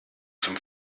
zum